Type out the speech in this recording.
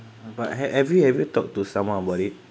but have have you have you talk to someone about it